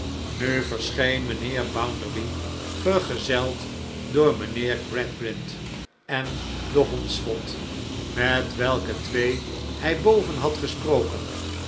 nu verscheen mijnheer bounderby vergezeld door mijnheer gradgrind en den hondsvot met welke twee hij boven had gesproken